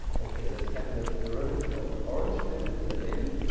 okay let's calculate the derivative of the orange bit and fill it in.